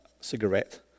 cigarette